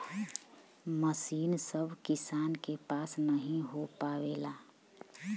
मसीन सभ किसान के पास नही हो पावेला